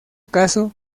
caso